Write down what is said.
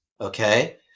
okay